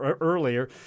earlier